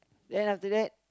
then after that